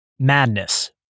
Madness